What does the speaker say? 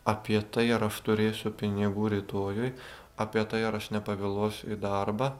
apie tai ar aš turėsiu pinigų rytojui apie tai ar aš nepavėluosiu į darbą